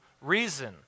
reason